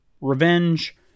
Revenge